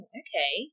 okay